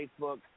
Facebook